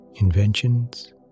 inventions